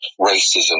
racism